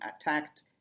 attacked